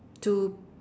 to